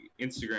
Instagram